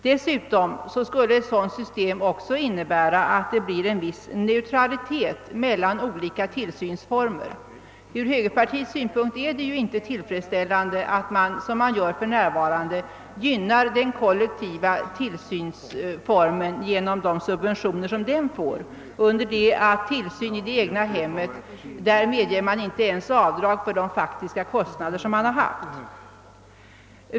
För det tredje skulle ett sådant system innebära en likställighet mellan olika tillsynsformer. Ur högerpartiets synpunkt är det inte tillfredsställande att, såsom sker för närvarande, den kollektiva tillsynsformen gynnas genom de subventioner som den får, under det att tillsyn i det egna hemmet medför att avdrag inte ens får göras för de faktiska kostnaderna.